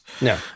No